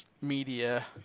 media